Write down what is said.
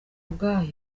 ubwayo